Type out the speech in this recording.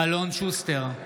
אלון שוסטר,